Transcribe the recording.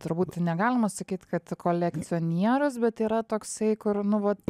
turbūt negalima sakyt kad kolekcionieriaus bet yra toksai kur nu vat